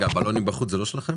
אני לא ארחיב על הדברים